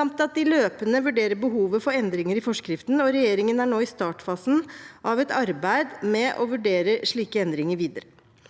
samt at de løpende vurderer behovet for endringer i forskriften. Regjeringen er nå i startfasen av et arbeid med å vurdere slike endringer videre.